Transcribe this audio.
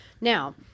now